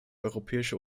europäische